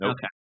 Okay